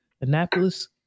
Annapolis